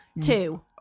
Two